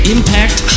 Impact